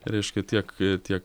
reiškia tiek tiek